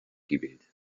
gewählt